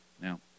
now